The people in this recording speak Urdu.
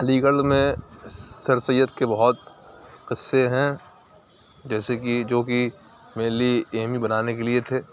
علی گڑھ میں سر سید کے بہت قصے ہیں جیسے کہ جو کہ مینلی اے ایم یو بنانے کے لیے تھے